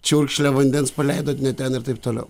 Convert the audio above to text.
čiurkšlę vandens paleidot ne ten ir taip toliau